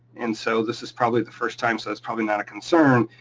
and so, this is probably the first time, so it's probably not a concern.